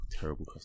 terrible